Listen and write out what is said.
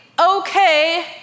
okay